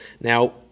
Now